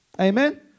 Amen